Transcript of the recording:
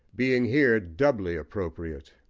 being here doubly appropriate.